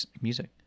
music